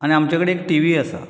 आनी आमचे कडेन एक टीवी आसा